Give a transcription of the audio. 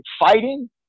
fighting